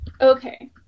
Okay